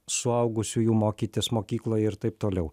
suaugusiųjų mokytis mokykloje ir taip toliau